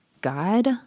God